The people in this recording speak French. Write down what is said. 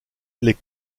les